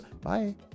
Bye